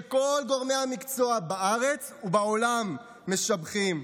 שכל גורמי המקצוע בארץ ובעולם משבחים.